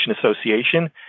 Association